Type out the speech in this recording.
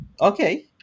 Okay